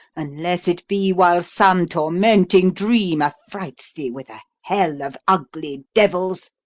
unless it be while some tormenting dream affrights thee with a hell of ugly devils!